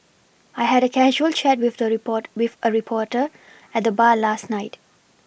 I had a casual chat with a report with a reporter at the bar last night